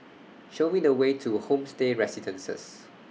Show Me The Way to Homestay Residences